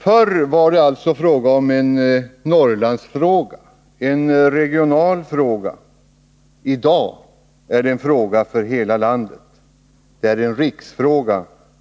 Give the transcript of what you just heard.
Förr var alltså arbetslösheten en Norrlandsfråga, en regional fråga. I dag är den en fråga för hela landet, en riksfråga.